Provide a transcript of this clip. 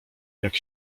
jak